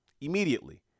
Immediately